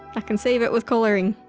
i can save it with colouring.